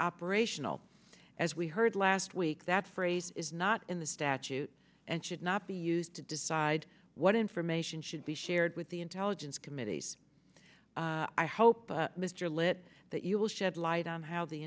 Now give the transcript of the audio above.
operational as we heard last week that phrase is not in the statute and should not be used to decide what information should be shared with the intelligence committees i hope mr lit that you will shed light on how the